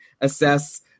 assess